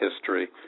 history